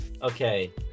Okay